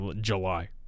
July